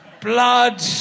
blood